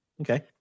Okay